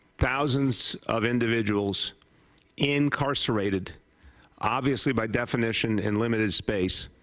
thousands of individuals incarcerated obviously by definition and limited space.